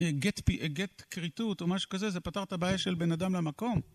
גט כריצות או משהו כזה, זה פתר את הבעיה של בין אדם למקום.